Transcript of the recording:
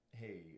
hey